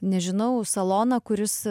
nežinau saloną kuris